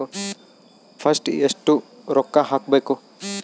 First ಎಷ್ಟು ರೊಕ್ಕ ಹಾಕಬೇಕು?